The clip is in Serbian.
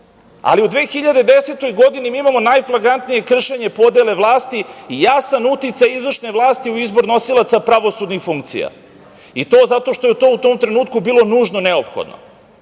2010. godini mi imamo najflagantnije kršenje podele vlasti i jasan uticaj izvršne vlasi u izbor nosilaca pravosudnih funkcija i to zato što je to u tom trenutku bilo nužno neophodno.